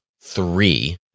three